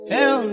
Hell